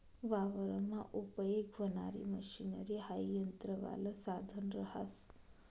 वावरमा उपयेग व्हणारी मशनरी हाई यंत्रवालं साधन रहास